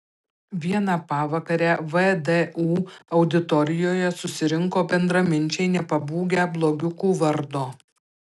vieną pavakarę vdu auditorijoje susirinko bendraminčiai nepabūgę blogiukų vardo